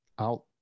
out